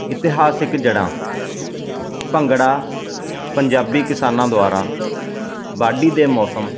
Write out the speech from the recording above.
ਇਤਿਹਾਸਿਕ ਜੜ੍ਹਾਂ ਭੰਗੜਾ ਪੰਜਾਬੀ ਕਿਸਾਨਾਂ ਦੁਆਰਾ ਵਾਢੀ ਦੇ ਮੌਸਮ